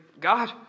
God